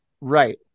right